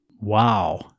Wow